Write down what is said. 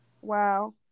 Wow